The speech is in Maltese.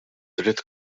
dritt